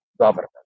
government